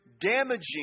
damaging